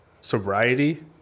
sobriety